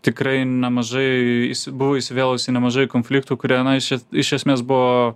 tikrai nemažai buvo įsivėlus į nemažai konfliktų kurie na iš iš esmės buvo